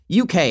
UK